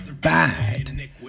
bad